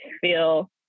feel